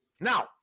Now